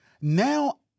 now